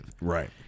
Right